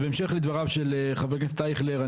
בהמשך לדבריו של ח"כ אייכלר,